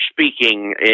speaking